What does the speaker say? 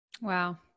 Wow